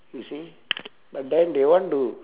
you see but then they want to